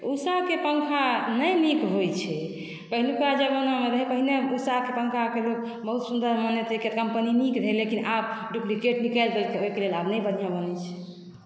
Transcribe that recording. उषाके पंखा नहि नीक होइ छै पहिलुका जमानामे रहै पहिने उषाके पंखाके लोक बहुत सुन्दर बनैत रहै कनी नीक रहै लेकिन आब डुप्लीकेट निकालि देलकै ओहिके लेल आब नहि बढ़िऑं बनै छै